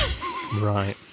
Right